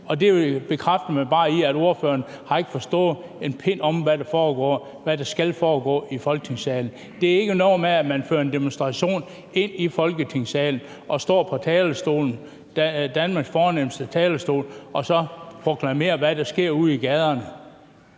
Det bekræfter mig bare i, at ordføreren ikke har forstået en pind af, hvad der skal foregå i Folketingssalen. Det er ikke noget med, at man fører en demonstration ind i Folketingssalen, og at man står på talerstolen, Danmarks fornemste talerstol, og proklamerer, hvad der sker ude i gaderne.